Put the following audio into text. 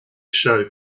show